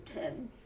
ten